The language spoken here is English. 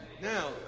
Now